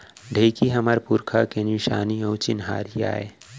ढेंकी हमर पुरखा के निसानी अउ चिन्हारी आय